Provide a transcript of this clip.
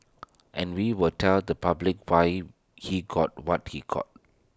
and we will tell the public why he got what he got